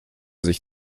sich